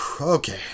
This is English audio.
Okay